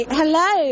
hello